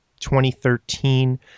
2013